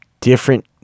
different